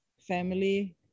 family